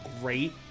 great